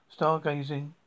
stargazing